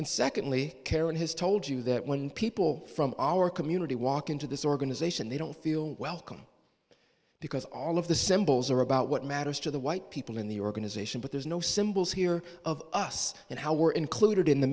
and secondly karen has told you that when people from our community walk into this organization they don't feel welcome because all of the symbols are about what matters to the white people in the organization but there's no symbols here of us and how we're included in the